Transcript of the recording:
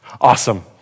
Awesome